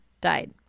died